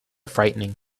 frightening